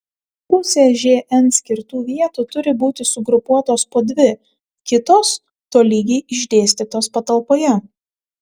pusė žn skirtų vietų turi būti sugrupuotos po dvi kitos tolygiai išdėstytos patalpoje